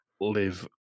live